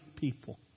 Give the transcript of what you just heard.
people